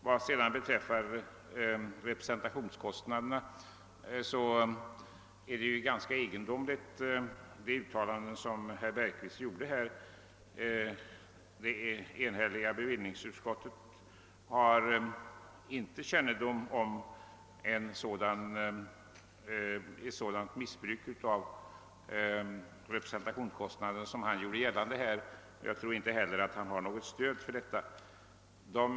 Vad beträffar representationskostnaderna är de uttalanden som herr Bergqvist gjorde här ganska egendomliga. Det enhälliga bevillningsutskottet har inte kännedom om att det förekommer ett sådant missbruk av representationskostnaderna som han gjorde gällande. Jag tror inte heller att han har något stöd för dessa uttalanden.